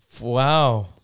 Wow